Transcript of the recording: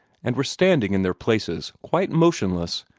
and were standing in their places quite motionless,